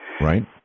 Right